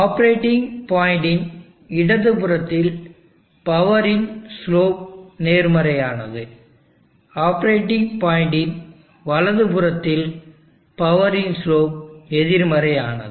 operating பாயின்ட்டின் இடதுபுறத்தில் பவரின் ஸ்லோப் நேர்மறையானது ஆப்பரேட்டிங் பாயின்ட்டின் வலதுபுறத்தில் பவரின் ஸ்லோப் எதிர்மறையானது